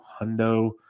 hundo